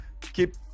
keep